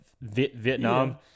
Vietnam